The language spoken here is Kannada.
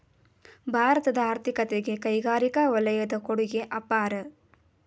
ಭಾರತದ ಆರ್ಥಿಕತೆಗೆ ಕೈಗಾರಿಕಾ ವಲಯದ ಕೊಡುಗೆ ಅಪಾರ